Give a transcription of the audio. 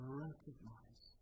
recognize